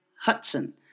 Hudson